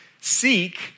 seek